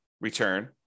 return